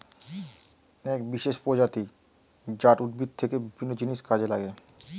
এক বিশেষ প্রজাতি জাট উদ্ভিদ থেকে বিভিন্ন জিনিস কাজে লাগে